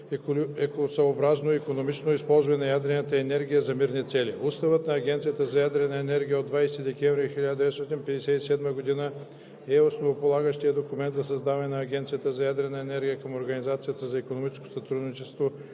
екологосъобразно и икономично използване на ядрената енергия за мирни цели. Уставът на Агенцията за ядрена енергия от 20 декември 1957 г. е основополагащият документ за създаването на Агенцията за ядрена енергия към Организацията за икономическо сътрудничество